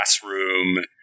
classroom